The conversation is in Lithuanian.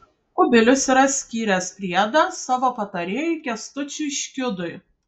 kubilius yra skyręs priedą savo patarėjui kęstučiui škiudui